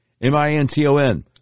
M-I-N-T-O-N